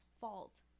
fault